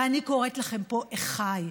ואני קוראת לכם פה, אחיי: